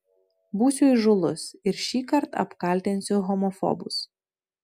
būsiu įžūlus ir šįkart apkaltinsiu homofobus